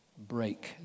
break